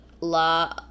la